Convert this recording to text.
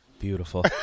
Beautiful